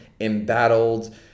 embattled